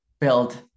build